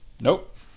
Nope